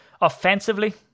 offensively